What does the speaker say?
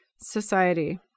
society